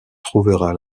trouvera